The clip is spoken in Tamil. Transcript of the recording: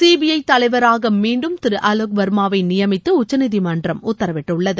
சிபிஐ தலைவராக மீண்டும் திரு ஆலோக் வர்மாவை நியமித்து உச்சநீதிமன்றம் உத்தரவிட்டுள்ளது